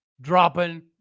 dropping